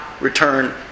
return